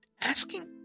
asking